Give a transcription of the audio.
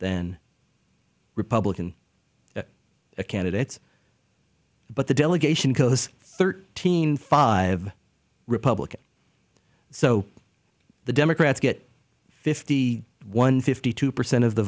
than republican candidates but the delegation code has thirteen five republicans so the democrats get fifty one fifty two percent of the